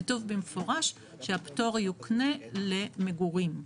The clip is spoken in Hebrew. כתוב במפורש שהפטור יוקנה למגורים.